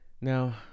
Now